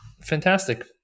Fantastic